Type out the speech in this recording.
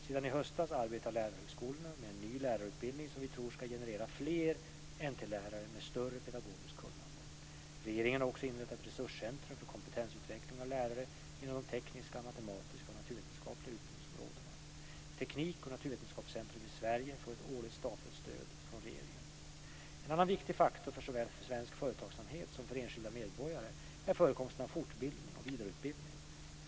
Sedan i höstas arbetar lärarhögskolorna med en ny lärarutbildning som vi tror ska generera fler NT-lärare med ett större pedagogiskt kunnande. Regeringen har också inrättat resurscentrum för kompetensutveckling av lärare inom de tekniska, matematiska och naturvetenskapliga utbildningsområdena. Teknik och naturvetenskapscentrum i Sverige får ett årligt statligt stöd från regeringen. En annan viktig faktor såväl för svensk företagsamhet som för enskilda medborgarna är förekomsten av fortbildning och vidareutbildning.